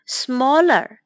smaller